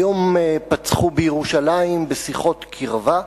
היום פצחו בירושלים בשיחות קרבה.